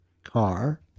car